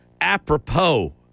apropos